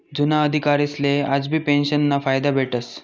जुना अधिकारीसले आजबी पेंशनना फायदा भेटस